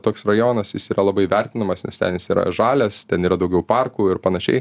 toks rajonas jis yra labai vertinamas nes ten jis yra žalias ten yra daugiau parkų ir panašiai